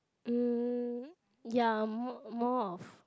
uh ya m~ more of